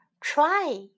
Try